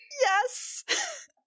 Yes